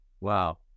Wow